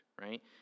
right